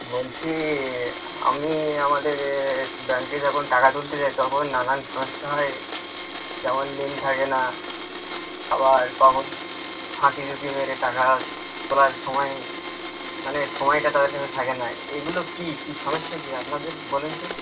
বলছি আমি আমাদের ব্যাংকে যখন টাকা তুলতে যাই তখন নানান সমস্যা হয় যেমন লিংক থাকে না আবার কখনও ফাঁকি ঝুঁকি মেরে টাকা তোলার সময় মানে সময়টা তাদের কাছে থাকে না এগুলো কী কী সমস্যা কী হয় আপনাদের বলুন তো